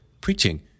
preaching